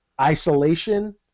isolation